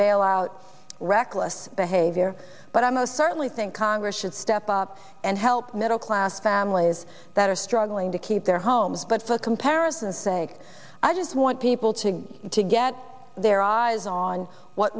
about reckless behavior but i most certainly think congress should step up and help middle class families that are struggling to keep their homes but for comparison's sake i just want people to get their eyes on what